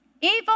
evil